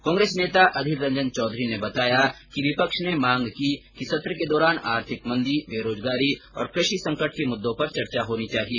कांग्रेस नेता अधीर रंजन चौधरी ने बताया कि विपक्ष ने मांग की कि सत्र के दौरान आर्थिक मंदी बेरोजगारी और कृषि संकट के मुद्दों पर चर्चा होनी चाहिए